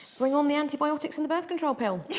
bring on the antibiotics and the birth control pill.